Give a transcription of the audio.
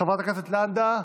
חברת הכנסת לנדה,